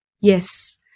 Yes